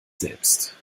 selbst